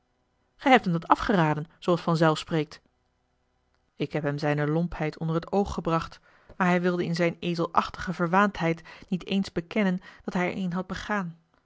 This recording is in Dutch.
gij hebt hem dat afgeraden zooals vanzelf spreekt ik heb hem zijne lompheid onder het oog gebracht maar hij wilde in zijne ezelachtige verwaandheid niet eens bekennen dat hij er eene had begaan